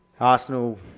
Arsenal